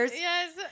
Yes